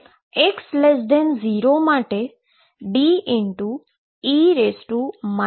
આમ x0 માટે સતત છે જે ABD આપે છે